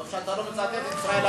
טוב שאתה לא מצטט את "ישראל היום".